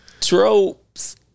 Tropes